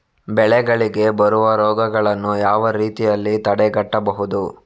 ಬೆಳೆಗಳಿಗೆ ಬರುವ ರೋಗಗಳನ್ನು ಯಾವ ರೀತಿಯಲ್ಲಿ ತಡೆಗಟ್ಟಬಹುದು?